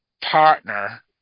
partner